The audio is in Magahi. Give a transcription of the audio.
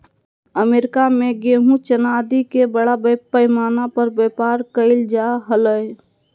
अमेरिका में गेहूँ, चना आदि के बड़ा पैमाना पर व्यापार कइल जा हलय